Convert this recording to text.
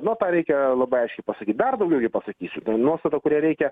na tą reikia labai aiškiai pasakyt dar daugiaugi pasakysiu nuostatą kurią reikia